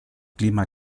clima